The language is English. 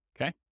Okay